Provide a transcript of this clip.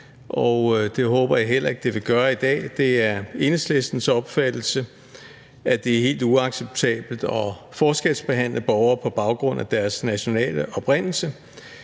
det håber jeg heller ikke det vil gøre i dag. Det er Enhedslistens opfattelse, at det er helt uacceptabelt at forskelsbehandle borgere på baggrund af deres nationale oprindelse.